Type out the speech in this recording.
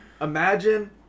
Imagine